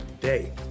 day